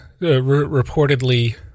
reportedly